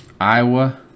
Iowa